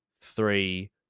three